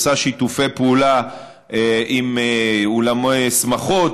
עושה שיתופי פעולה עם אולמי שמחות,